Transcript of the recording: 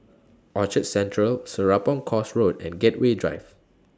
Orchard Central Serapong Course Road and Gateway Drive